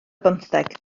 bymtheg